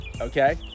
okay